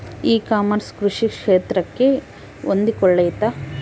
E commerce ಕೃಷಿ ಕ್ಷೇತ್ರಕ್ಕೆ ಹೊಂದಿಕೊಳ್ತೈತಾ?